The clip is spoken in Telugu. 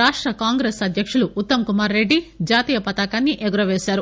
రాష్ట కాంగ్రెస్ అధ్యకుడు ఉత్తమ్ కుమార్ రెడ్జి జాతీయ పతాకాన్ని ఎగురపేశారు